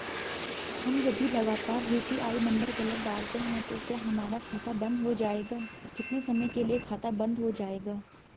हम यदि लगातार यु.पी.आई नम्बर गलत डालते हैं तो क्या हमारा खाता बन्द हो जाएगा कितने समय के लिए खाता बन्द हो जाएगा?